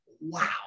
wow